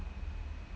mm